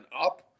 up